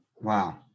Wow